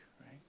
Right